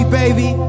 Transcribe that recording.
baby